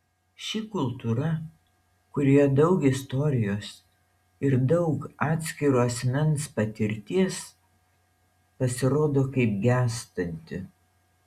ši kultūra kurioje daug istorijos ir daug atskiro asmens patirties pasirodo kaip gęstanti